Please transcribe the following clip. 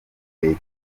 leta